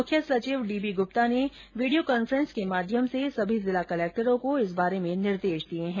मुख्य सचिव D B Gupta ने वीडियो कॉन्फ्रेंसिंग के माध्यम से सभी जिला कलेक्टरों को इस बारे में निर्देष दियें